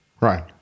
Right